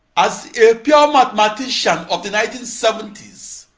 as a pure mathematician of the nineteen seventy s,